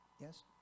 Yes